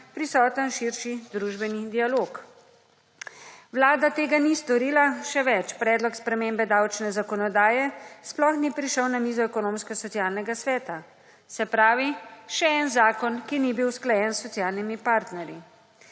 prisoten širši družbeni dialog. Vlada tega ni storila. Še več, predlog spremembe davčne zakonodaje sploh ni prišel na mizo ekonomsko-socialnega sveta, se pravi, še en zakon, ki ni bil usklajen s socialnimi partnerji.